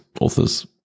authors